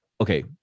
okay